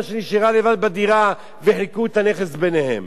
שנשארה לבד בדירה וחילקו את הנכס ביניהם.